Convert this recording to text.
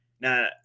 Now